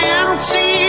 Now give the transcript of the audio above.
empty